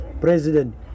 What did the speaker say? president